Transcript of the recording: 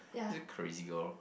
it's a crazy girl